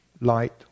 light